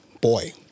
Boy